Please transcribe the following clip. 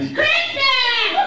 Christmas